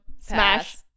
smash